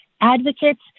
advocates